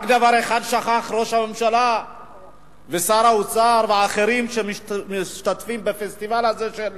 רק דבר אחד שכחו ראש הממשלה ושר האוצר ואחרים שמשתתפים בפסטיבל הזה של